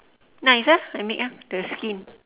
nice ah I make ah the skin